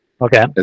Okay